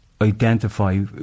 identify